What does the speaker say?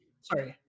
Sorry